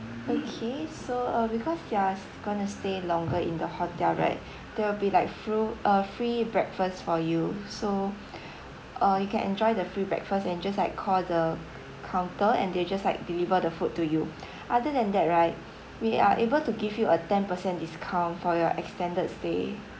okay so uh because you are gonna stay longer in the hotel right there will be like free uh free breakfast for you so uh you can enjoy the free breakfast and just like call the counter and they'll just like deliver the food to you other than that right we are able to give you a ten per cent discount for your extended stay